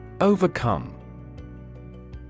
Overcome